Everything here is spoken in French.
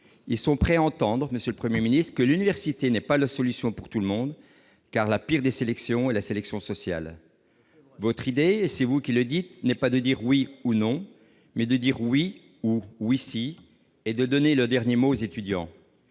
sont prêts à entendre, monsieur le Premier ministre, que l'université n'est pas la solution pour tout le monde, car la pire des sélections est la sélection sociale. C'est vrai ! Votre idée, c'est vous qui le dites, n'est pas de dire « oui ou non », mais de dire « oui ou oui si » et de donner le dernier mot aux étudiants.